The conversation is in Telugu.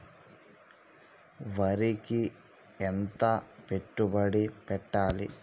వరికి ఎంత పెట్టుబడి పెట్టాలి?